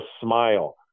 smile